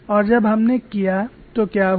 और जब हमने किया तो क्या हुआ